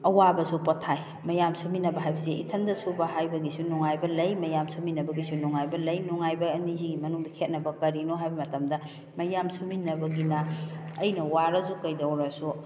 ꯑꯋꯥꯕꯁꯨ ꯄꯣꯊꯥꯏ ꯃꯌꯥꯝ ꯁꯨꯃꯤꯟꯅꯕ ꯍꯥꯏꯕꯁꯦ ꯏꯊꯟꯗ ꯁꯨꯕ ꯍꯥꯏꯕꯒꯤꯁꯨ ꯅꯨꯡꯉꯥꯏꯕ ꯂꯩ ꯃꯌꯥꯝ ꯁꯨꯃꯤꯟꯅꯕꯒꯤꯁꯨ ꯅꯨꯡꯉꯥꯏꯕ ꯂꯩ ꯅꯨꯡꯉꯥꯏꯕ ꯑꯅꯤꯁꯤꯒꯤ ꯃꯅꯨꯡꯗ ꯈꯦꯠꯅꯕ ꯀꯔꯤꯅꯣ ꯍꯥꯏꯕ ꯃꯇꯝꯗ ꯃꯌꯥꯝ ꯁꯨꯃꯤꯟꯅꯕꯒꯤꯅ ꯑꯩꯅ ꯋꯥꯔꯁꯨ ꯀꯩꯗꯧꯔꯁꯨ